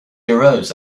arose